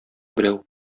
берәү